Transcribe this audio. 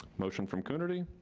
motion from coonerty.